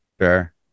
Sure